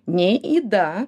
nei yda